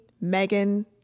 Megan